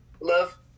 love